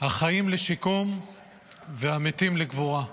החיים לשיקום והמתים לקבורה.